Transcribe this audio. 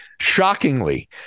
Shockingly